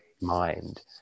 mind